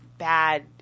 bad